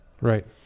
right